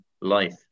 life